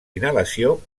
inhalació